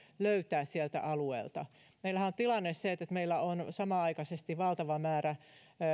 löytää sieltä alueelta meillähän on tilanne se että meillä on samanaikaisesti valtava määrä